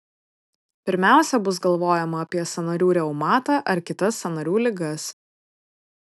pirmiausia bus galvojama apie sąnarių reumatą ar kitas sąnarių ligas